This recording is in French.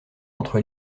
entre